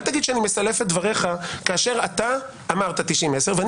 אל תגיד שאני מסלף את דבריך כאשר אתה אמרת 90-10 ואני